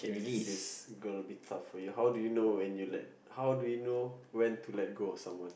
this is gonna be tough for you how do you know when you let how do you know when to let go of someone